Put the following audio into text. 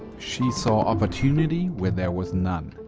she saw opportunity where there was none.